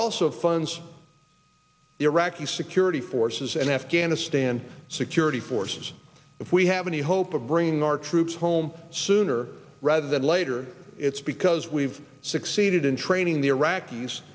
also funds the iraqi security forces and afghanistan security forces if we have any hope of bringing our troops home sooner rather than later it's because we've succeeded in training the iraqis